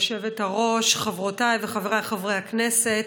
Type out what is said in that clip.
היושבת-ראש, חברותיי וחבריי חברי הכנסת,